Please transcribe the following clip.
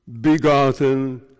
begotten